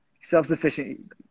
self-sufficient